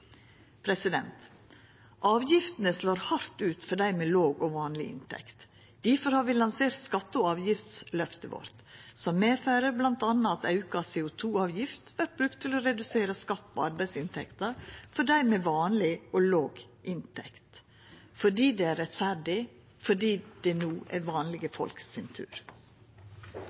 Avgiftene slår hardt ut for dei med låg og vanleg inntekt. Difor har vi lansert skatte- og avgiftsløftet vårt, som medfører bl.a. at auka CO 2 -avgift vert brukt til å redusera skatt på arbeidsinntekter for dei med vanlege og låge inntekter – fordi det er rettferdig, fordi det no er vanlege folk sin tur.